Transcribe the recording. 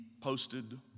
posted